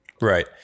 Right